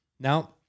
Now